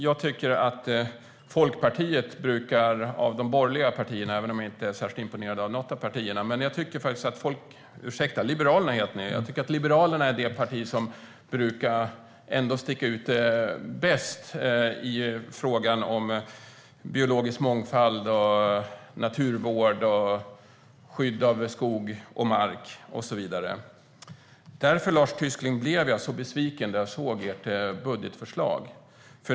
Jag tycker att Liberalerna av de borgerliga partierna - även om jag inte är särskilt imponerad av något av de partierna - är det parti som ändå brukar sticka ut bäst i fråga om biologisk mångfald, naturvård, skydd av skog och mark och så vidare. Därför, Lars Tysklind, blev jag så besviken när jag såg ert budgetförslag.